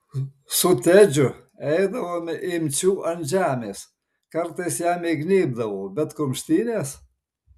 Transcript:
su tedžiu eidavome imčių ant žemės kartais jam įgnybdavau bet kumštynės